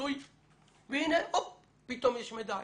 חסוי והנה פתאום יש מידע,